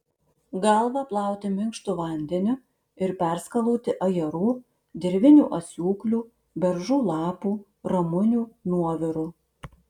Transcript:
galvą plauti minkštu vandeniu ir perskalauti ajerų dirvinių asiūklių beržų lapų ramunių nuoviru